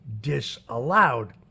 disallowed